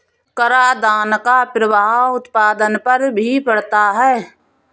करादान का प्रभाव उत्पादन पर भी पड़ता है